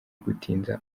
gutinza